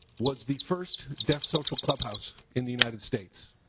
was the first deaf social club house in the united states.